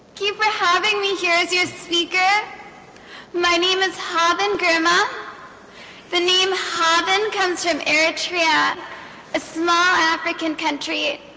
keep for having me here's your speaker my name is haben girma the name haben comes from eritrea a small african country